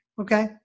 Okay